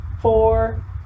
four